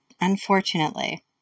Unfortunately